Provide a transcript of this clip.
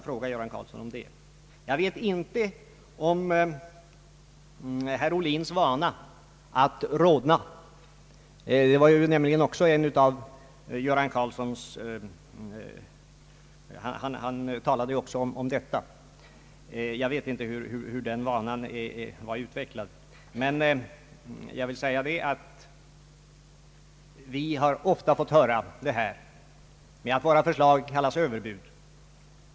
Herr Göran Karlsson talade också om herr Ohlins vana att rodna. Jag vet inte hur den vanan var utvecklad, men jag vill säga att vi ofta får höra att våra förslag är överbud.